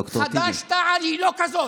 ד"ר טיבי, אני חושב, חד"ש-תע"ל היא לא כזאת.